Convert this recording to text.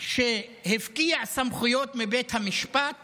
שהפקיע סמכויות מבית המשפט